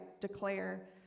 declare